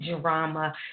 drama